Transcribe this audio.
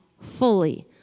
fully